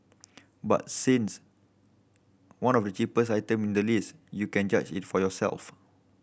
but since one of the cheaper item in the list you can judge it for yourself